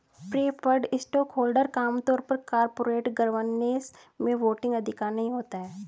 preferred stockholder का आम तौर पर कॉरपोरेट गवर्नेंस में वोटिंग अधिकार नहीं होता है